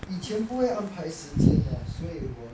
以前不会安排时间 ah 所以我